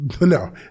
No